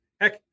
Heck